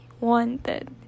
wanted